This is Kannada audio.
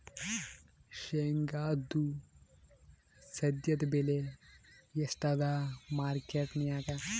ಶೇಂಗಾದು ಸದ್ಯದಬೆಲೆ ಎಷ್ಟಾದಾ ಮಾರಕೆಟನ್ಯಾಗ?